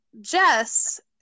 Jess